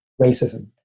racism